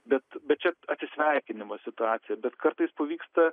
betbet čia atsisveikinimo situacija bet kartais pavyksta